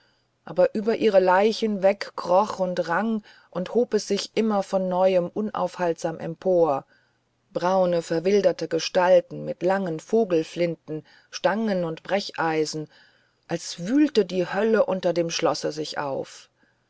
aber über ihre leichen weg kroch und rang und hob es sich immer von neuem unaufhaltsam empor braune verwilderte gestalten mit langen vogelflinten stangen und brecheisen als wühlte die hölle unter dem schlosse sich auf